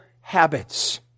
habits